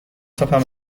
تاپم